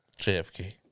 JFK